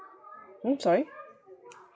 hmm sorry